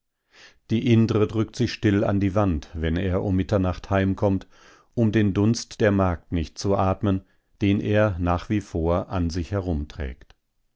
die indre drückt sich still an die wand wenn er um mitternacht heimkommt um den dunst der magd nicht zu atmen den er nach wie vor an sich